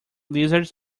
lizards